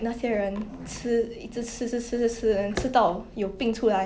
ya body image ya